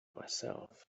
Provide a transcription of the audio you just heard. myself